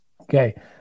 Okay